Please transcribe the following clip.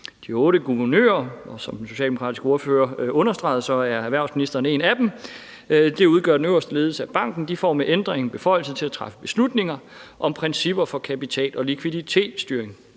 De otte guvernører – og som den socialdemokratiske ordfører understregede, er erhvervsministeren en af dem – der udgør den øverste ledelse af banken, får med ændringen beføjelse til at træffe beslutning om principper for kapital- og likviditetsstyring.